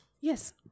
yes